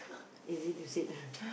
easy to said ah